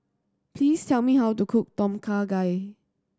please tell me how to cook Tom Kha Gai